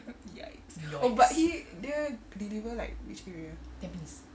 yikes oh but he dia deliver like which area